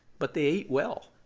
but they ate well,